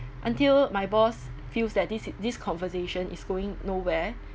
until my boss feels that this this conversation is going nowhere